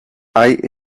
hay